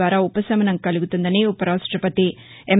ద్వారా ఉపశమనం కలుగుతుందని ఉపరాష్టపతి ఎం